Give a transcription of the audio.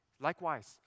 Likewise